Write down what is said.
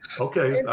Okay